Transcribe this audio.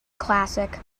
classic